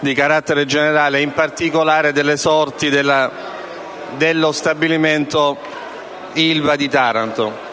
di carattere generale, delle sorti dello stabilimento Ilva di Taranto.